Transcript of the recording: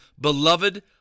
Beloved